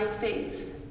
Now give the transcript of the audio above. faith